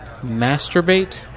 masturbate